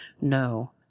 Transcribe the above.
no